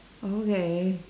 okay